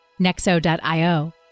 Nexo.io